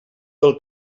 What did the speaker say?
del